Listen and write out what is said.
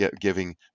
giving